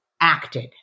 acted